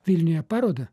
vilniuje parodą